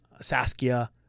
Saskia